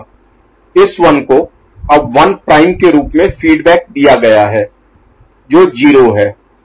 इस 1 को अब 1 प्राइम के रूप में फीडबैक दिया गया है जो 0 है